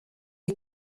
ont